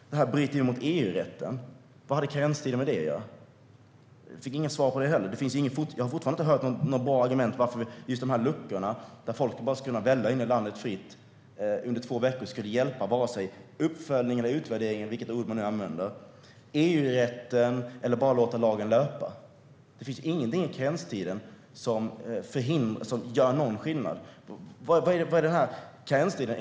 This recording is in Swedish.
Det här bryter mot EU-rätten. Vad hade karenstiden med det att göra? Jag fick inget svar på detta. Jag har fortfarande inte hört något bra argument för att de luckor som gjorde att folk skulle kunna välla fritt in i landet skulle hjälpa vare sig uppföljning eller utvärdering - vilket ord man nu använder. Ska man följa EU-rätten eller bara låta lagen löpa? Det finns ingenting i karenstiden som gör någon skillnad. Vad är karenstiden?